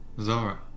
Zara